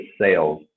sales